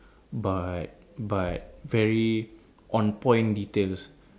but but very on point details